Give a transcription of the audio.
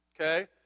okay